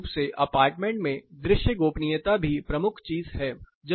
विशेष रूप से अपार्टमेंट में दृश्य गोपनीयता भी प्रमुख चीज है